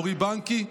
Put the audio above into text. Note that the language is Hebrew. אורי בנקי,